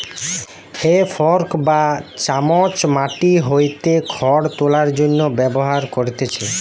হে fork বা চামচ মাটি হইতে খড় তোলার জন্য ব্যবহার করতিছে